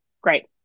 Great